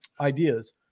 ideas